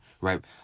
right